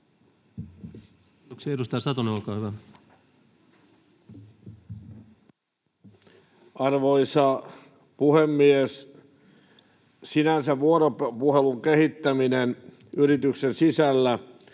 Arvoisa puhemies! Sinänsä vuoropuhelun kehittäminen yrityksen sisällä